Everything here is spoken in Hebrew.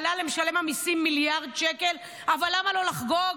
שעלה למשלם המיסים מיליארד שקל, אבל למה לא לחגוג?